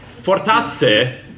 fortasse